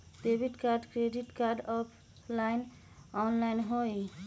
Debit card credit card offline online होई?